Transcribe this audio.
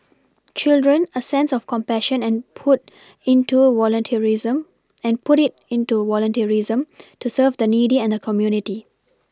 children a sense of compassion and put into volunteerism and put it into volunteerism to serve the needy and the community